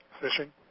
fishing